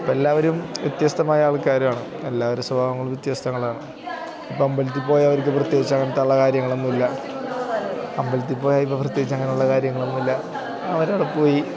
അപ്പം എല്ലാവരും വ്യത്യസ്തമായ ആൾക്കാരാണ് എല്ലാവരും സ്വഭാവങ്ങളും വ്യത്യസ്തങ്ങളാണ് ഇപ്പം അമ്പലത്തിൽപ്പോയാൽ അവർക്ക് പ്രത്യേകിച്ച് അങ്ങനത്തുള്ള കാര്യങ്ങളൊന്നുമില്ല അമ്പലത്തിൽപ്പോയാൽ ഇപ്പം പ്രത്യേകിച്ചങ്ങനെയുള്ള കാര്യങ്ങളൊന്നുമില്ല അവരവിടെപ്പോയി